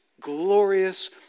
glorious